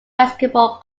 basketball